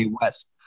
West